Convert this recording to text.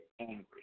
angry